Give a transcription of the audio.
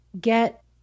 get